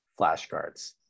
flashcards